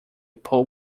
pole